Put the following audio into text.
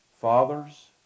Fathers